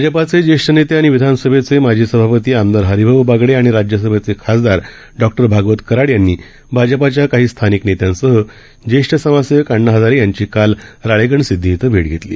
भाजपाचेज्येष्ठनेतेआणिविधानसभेचेमाजीसभापतीआमदारहरिभाऊबागडेआणिराज्यसभेचेखासदारडॉक्टर भागवतकराडयांनीभाजपाच्याकाहीस्थानिकनेत्यांसहज्येष्ठसमाजसेवकअण्णाहजारेयांचीकालराळेगणसि दधीइथंभेटघेतली